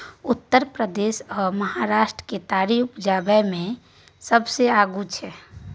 उत्तर प्रदेश आ महाराष्ट्र केतारी उपजाबै मे सबसे आगू छै